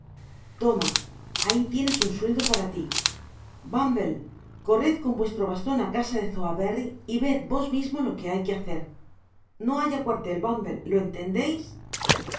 toma ahi tienes un sueldo para ti bumble corred con vuestro baston á casa sowerberry y ved vos mismo lo que hay que hacer no haya cuartel bumble lo entendeis